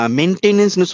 maintenance